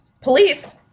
Police